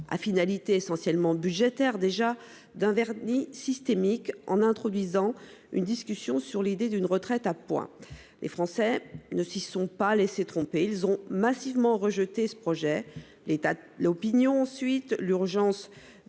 à finalité essentiellement budgétaire, déjà ! -d'un vernis systémique, en introduisant une discussion sur l'idée d'une retraite par points. Les Français ne s'y sont pas laissés tromper et ont massivement rejeté ce projet. L'état de l'opinion, puis l'urgence